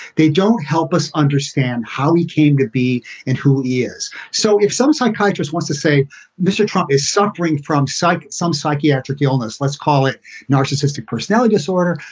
they don't help us understand how we came to be in two years. so if some psychiatrist wants to say mr. trump is suffering from psych, some psychiatric illness, let's call it narcissistic personality disorder.